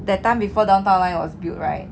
that time before downtown line was built right